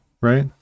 right